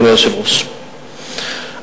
אדוני היושב-ראש,